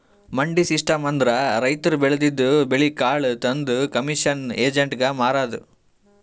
ಮಂಡಿ ಸಿಸ್ಟಮ್ ಅಂದ್ರ ರೈತರ್ ಬೆಳದಿದ್ದ್ ಬೆಳಿ ಕಾಳ್ ತಂದ್ ಕಮಿಷನ್ ಏಜೆಂಟ್ಗಾ ಮಾರದು